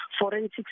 forensic